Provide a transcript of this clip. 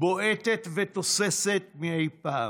בועטת ותוססת מאי פעם,